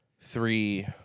three